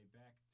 back